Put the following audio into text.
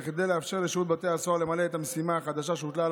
וכדי לאפשר לשירות בתי הסוהר למלא את המשימה החדשה שהוטלה,